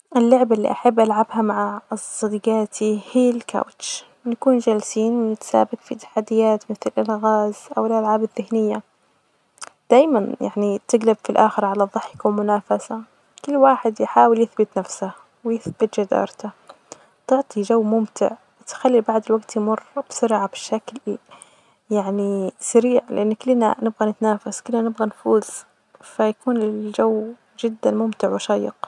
اللعبة اللي أحب ألعبها مع هي الكاوتش بنكون جالسين نتسابج في تحديات مثل الألغاز، أو الألعاب الذهنية.دايما تجلب في الآخر علي ظحك ومنافسة، كل واحد يحاول يثبت نفسة ويثبت جدارتة، تعطي جو ممتع تخلي بعد الوجت يمر بشكل يعني سريع، لأن كلنا نبغي نتنافس، كلنا نبغي نفوز، فيكون الجو جدا ممتع وشيق.